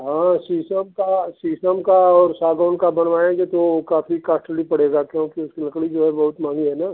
हाँ शीशम का शीशम का और सागवान का बनवाएँगे तो काफी कास्टली पड़ेगा क्योंकि उसकी लकड़ी जो है बहुत महँगी है ना